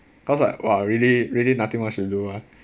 cause like !wah! really really nothing much to do mah